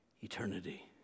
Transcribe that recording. eternity